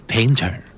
Painter